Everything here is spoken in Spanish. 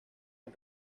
del